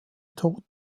toten